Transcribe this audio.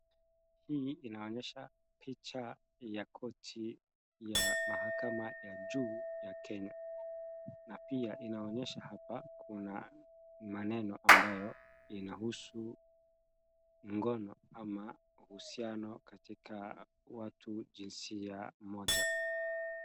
Hii inaonyesha picha ya koti ya mahakama ya juu ya Kenya na pia inaonyesha hapa kuna maneno ambayo inahusu ngono ama uhusiano katika watu jinsia moja.